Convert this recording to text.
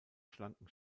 schlanken